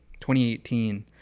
2018